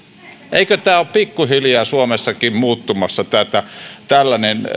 eikö ole pikkuhiljaa suomessakin muuttumassa tällainen